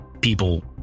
people